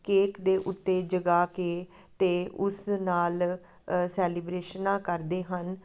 cake ਦੇ ਉੱਤੇ ਜਗਾ ਕੇ ਅਤੇ ਉਸ ਨਾਲ ਸੈਲੀਬ੍ਰੇਸ਼ਨਾਂ ਕਰਦੇ ਹਨ